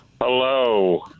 Hello